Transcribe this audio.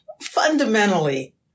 fundamentally